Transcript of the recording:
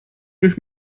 nicht